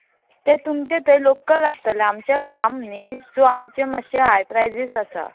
ते तुमचे थंय लोकल आसतले आमचें फार्म न्ही सो आमचे मातशें हाय प्रायसीस आसा